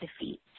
defeat